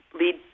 lead